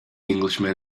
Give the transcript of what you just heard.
englishman